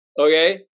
Okay